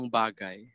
bagay